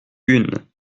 une